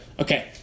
Okay